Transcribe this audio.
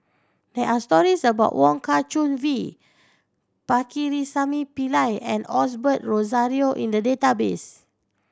there are stories about Wong Kah Chun V Pakirisamy Pillai and Osbert Rozario in the database